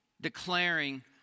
declaring